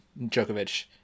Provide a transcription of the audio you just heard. Djokovic